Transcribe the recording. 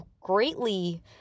greatly